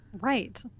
Right